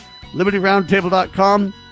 LibertyRoundTable.com